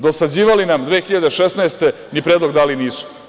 Dosađivali nam 2016. godine, ni predlog dali nisu.